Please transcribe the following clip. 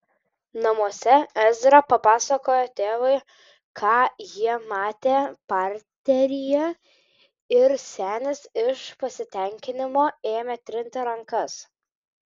namuose ezra papasakojo tėvui ką jie matę parteryje ir senis iš pasitenkinimo ėmė trinti rankas